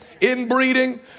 inbreeding